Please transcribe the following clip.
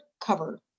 cover